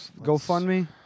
GoFundMe